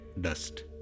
dust